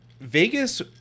Vegas